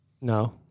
No